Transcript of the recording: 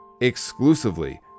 exclusively